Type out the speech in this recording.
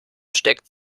steckt